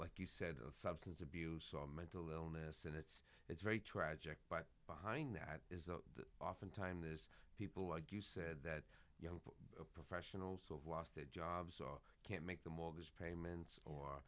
like you said of substance abuse or mental illness and it's it's very tragic but behind that is that oftentimes is people like you said that you professionals who have lost their jobs or can't make the mortgage payments or